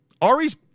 Ari's